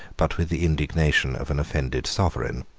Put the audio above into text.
but with the indignation of an offended sovereign.